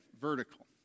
vertical